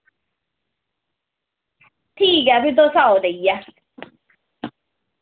ठीक ऐ फिर तुस आओ लेइयै